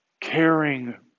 caring